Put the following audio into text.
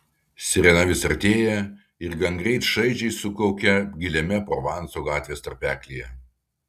sirena vis artėja ir gangreit šaižiai sukaukia giliame provanso gatvės tarpeklyje